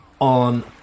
on